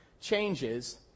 changes